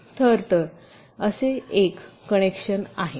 थर तर असे असे एक कनेक्शन आहे